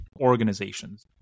organizations